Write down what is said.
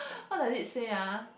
what does it say ah